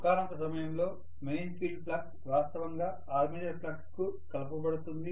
ఒకానొక సమయంలో main field flux వాస్తవంగా ఆర్మేచర్ ఫ్లక్స్ కు కలపబడుతుంది